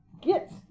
Get